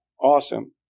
Awesome